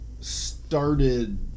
started